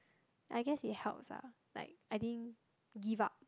I guess it helps lah like I didn't give up